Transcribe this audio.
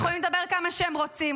הם יכולים לדבר כמה שהם רוצים.